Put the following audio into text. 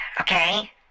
Okay